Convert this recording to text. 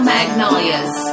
Magnolias